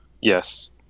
Yes